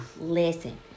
Listen